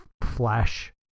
flash